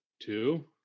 two